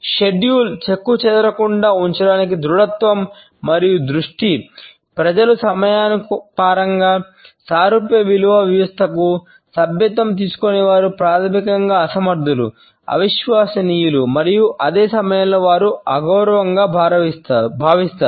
షెడ్యూల్లను చెక్కుచెదరకుండా ఉంచడానికి దృడత్వం మరియు దృష్టి ప్రజలు సమయానుసారంగా సారూప్య విలువ వ్యవస్థకు సభ్యత్వం తీసుకోని వారు ప్రాథమికంగా అసమర్థులు అవిశ్వసనీయలు మరియు అదే సమయంలో వారు అగౌరవంగా భావిస్తారు